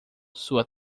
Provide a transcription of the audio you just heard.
sua